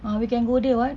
ah we can go there [what]